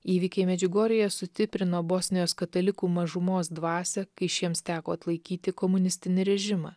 įvykiai medžiugorjėje sustiprino bosnijos katalikų mažumos dvasią kai šiems teko atlaikyti komunistinį režimą